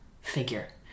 figure